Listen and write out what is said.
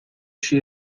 she